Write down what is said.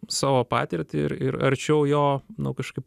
savo patirtį ir ir arčiau jo nu kažkaip